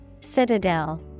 Citadel